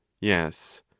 Yes